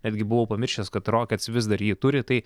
netgi buvau pamiršęs kad rockets vis dar jį turi tai